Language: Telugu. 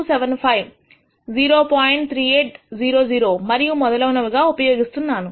3800 మరియు మొదలగునవి ఉపయోగిస్తున్నాను